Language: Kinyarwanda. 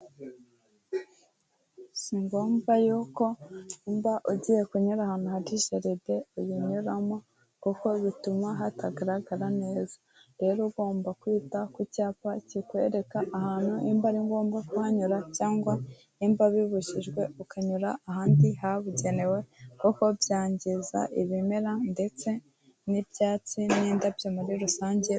Si ngombwa yuko niba ugiye kunyura ahantu hari jaride uyinyuramo, kuko bituma hatagaragara neza, rero ugomba kwita ku cyapa kikwereka ahantu imba ari ngombwa kuhanyura cyangwa nimba bibujijwe ukanyura ahandi habugenewe, kuko byangiza ibimera ndetse n'ibyatsi, n'indabyo muri rusange.